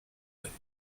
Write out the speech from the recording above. دارید